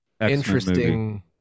interesting